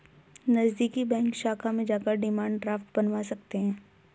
नज़दीकी बैंक शाखा में जाकर डिमांड ड्राफ्ट बनवा सकते है